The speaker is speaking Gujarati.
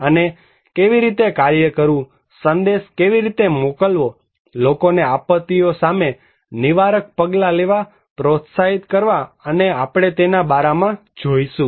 અને કેવી રીતે કાર્ય કરવું સંદેશ કેવી રીતે મોકલવો લોકોને આપત્તિઓ સામે નિવારક પગલાં લેવા પ્રોત્સાહિત કરવા અને આપણે તેના બારામાં જોઈશું